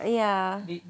ya